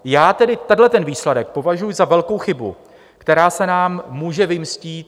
Já tedy tenhle výsledek považuji za velkou chybu, která se nám může vymstít.